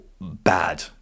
bad